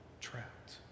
trapped